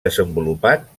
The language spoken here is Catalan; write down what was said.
desenvolupat